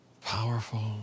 powerful